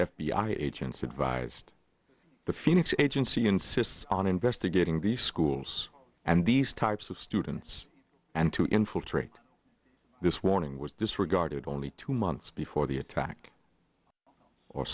i agents advised the phoenix agency insists on investigating these schools and these types of students and to infiltrate this warning was disregarded only two months before the attack or